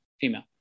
female